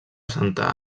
santa